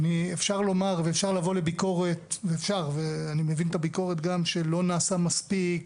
אפשר לומר ואפשר לבוא בביקורת ואני מבין את הביקורת שלא נעשה מספיק